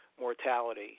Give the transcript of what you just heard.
mortality